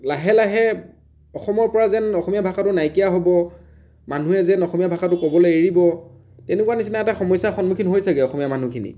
লাহে লাহে অসমৰ পৰা যেন অসমীয়া ভাষাটো নাইকীয়া হ'ব মানুহে যেন অসমীয়া ভাষাটো ক'বলে এৰিব তেনেকুৱাৰ নিচিনা এটা সমস্য়াৰ সন্মুখীন হৈছেগে অসমীয়া মানুহখিনি